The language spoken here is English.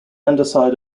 underside